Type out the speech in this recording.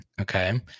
okay